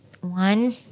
one